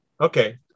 okay